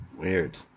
Weird